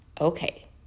Okay